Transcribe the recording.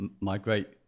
migrate